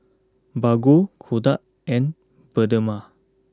Bargo Kodak and Bioderma